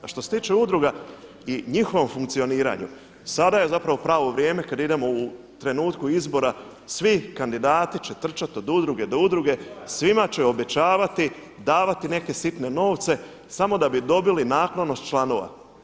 A što se tiče udruga i njihovom funkcioniranju sada je zapravo pravo vrijeme kada idemo u trenutku izbora svi kandidati će trčati od udruge do udruge, svima će obećavati, davati neke sitne novce, samo da bi dobili naklonost članova.